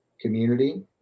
community